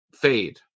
fade